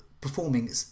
performing